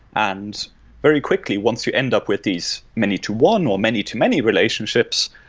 and very quickly, once you end up with these many to one, or many to many relationships,